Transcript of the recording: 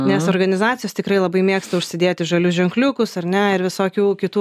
nes organizacijos tikrai labai mėgsta užsidėti žalius ženkliukus ar ne ir visokių kitų